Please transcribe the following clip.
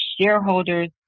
shareholders